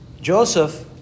Joseph